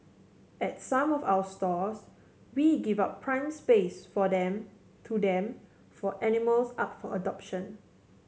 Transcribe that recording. at some of our stores we give out prime space for them to them for animals up for adoption